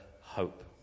hope